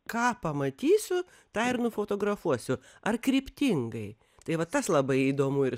ką pamatysiu tą ir nufotografuosiu ar kryptingai tai vat tas labai įdomu ir